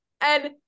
and-